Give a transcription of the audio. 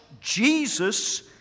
Jesus